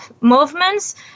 movements